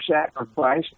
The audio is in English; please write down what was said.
sacrifice